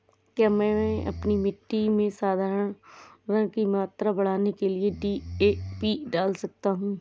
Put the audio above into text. क्या मैं अपनी मिट्टी में धारण की मात्रा बढ़ाने के लिए डी.ए.पी डाल सकता हूँ?